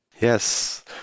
Yes